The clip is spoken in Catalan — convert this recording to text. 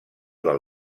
del